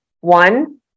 One